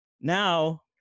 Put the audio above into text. Now